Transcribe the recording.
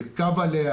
לרכוב עליה,